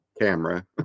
camera